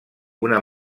una